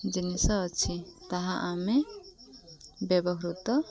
ଜିନିଷ ଅଛି ତାହା ଆମେ ବ୍ୟବହୃତ